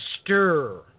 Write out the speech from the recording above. stir